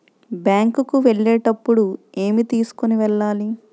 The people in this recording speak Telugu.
బ్యాంకు కు వెళ్ళేటప్పుడు ఏమి తీసుకొని వెళ్ళాలి?